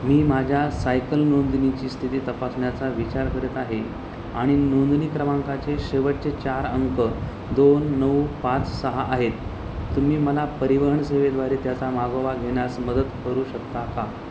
मी माझ्या सायकल नोंदणीची स्थिती तपासण्याचा विचार करत आहे आणि नोंदणी क्रमांकाचे शेवटचे चार अंक दोन नऊ पाच सहा आहेत तुम्ही मला परिवहन सेवेद्वारे त्याचा मागोवा घेण्यास मदत करू शकता का